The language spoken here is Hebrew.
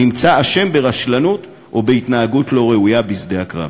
נמצא אשם ברשלנות או בהתנהגות לא ראויה בשדה הקרב.